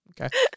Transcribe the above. okay